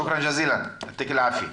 שוקרן ג'זילן, יעתיק אל עפי.